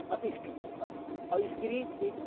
اور اور اسکرین